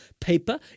paper